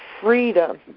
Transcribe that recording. freedom